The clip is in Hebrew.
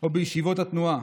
או בישיבות התנועה.